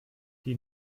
die